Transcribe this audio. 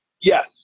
Yes